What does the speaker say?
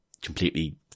completely